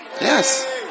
Yes